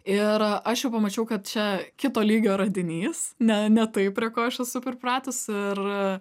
ir aš jau pamačiau kad čia kito lygio radinys ne ne tai prie ko aš esu pripratus ir